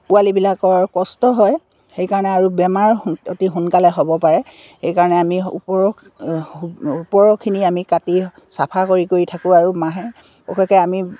পোৱালিবিলাকৰ কষ্ট হয় সেইকাৰণে আৰু বেমাৰ অতি সোনকালে হ'ব পাৰে সেইকাৰণে আমি ওপৰ ওপৰৰখিনি আমি কাটি চাফা কৰি কৰি থাকোঁ আৰু মাহে পোষকে আমি